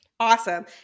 Awesome